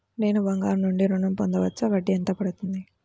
నేను బంగారం నుండి ఋణం పొందవచ్చా? వడ్డీ ఎంత పడుతుంది?